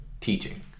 teaching